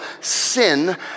sin